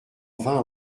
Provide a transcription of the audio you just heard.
vint